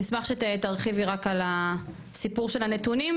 נשמח שתרחיבי רק על הסיפור של הנתונים,